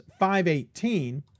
518